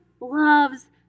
loves